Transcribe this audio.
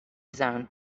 zone